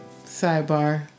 sidebar